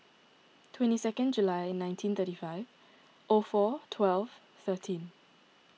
twenty second July nineteen thirty five O four twelve thirteen